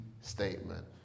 statement